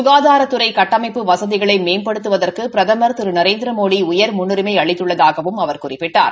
சுகாதாரத்துறை கட்டமைப்பு வசதிகளை மேம்படுத்துவதற்கு பிரதமர் திரு நரேந்திரமோடி உயர் முன்னுரிமை அளித்துள்ளதாகவும் அவர் குறிப்பிட்டார்